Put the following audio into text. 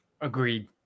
Agreed